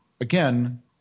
again